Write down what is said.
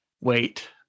wait